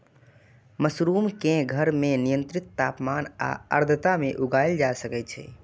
mushroom कें घर मे नियंत्रित तापमान आ आर्द्रता मे उगाएल जा सकै छै